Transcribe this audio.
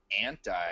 anti